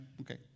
okay